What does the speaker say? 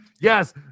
yes